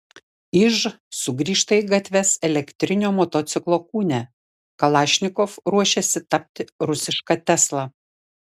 iž sugrįžta į gatves elektrinio motociklo kūne kalašnikov ruošiasi tapti rusiška tesla